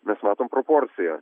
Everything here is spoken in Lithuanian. mes matom proporciją